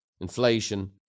inflation